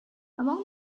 among